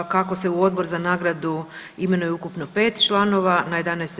A kako se u Odbor za nagradu imenuje ukupno 5 članova na 11.